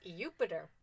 Jupiter